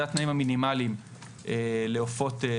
זה התנאים המינימליים לעופות,